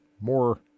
more